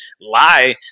lie